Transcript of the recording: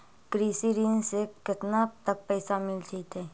कृषि ऋण से केतना तक पैसा मिल जइतै?